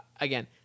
again